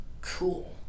cool